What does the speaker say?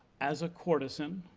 as a courtesan,